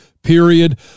period